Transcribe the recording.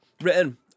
Written